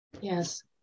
yes